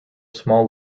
small